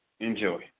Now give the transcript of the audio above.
Enjoy